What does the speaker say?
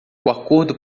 acordo